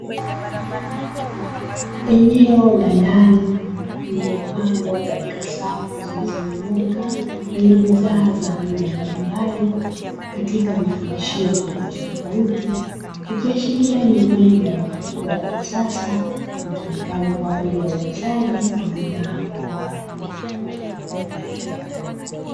Eneo la ndani lililopangwa katika safu zilizonyooka, lenye bidhaa za aina mbalimbali katika vifungashio tofautitofauti, ikiashiria ni eneo la duka kubwa la kisasa litumikalo kwa ajili ya uuzaji wa bidhaa mbalimbali.